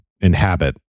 inhabit